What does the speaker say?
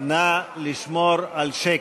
נא לשמור על שקט.